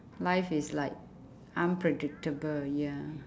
life is like unpredictable ya